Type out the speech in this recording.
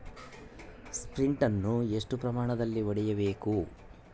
Sprint ಅನ್ನು ಎಷ್ಟು ಪ್ರಮಾಣದಲ್ಲಿ ಹೊಡೆಯಬೇಕು?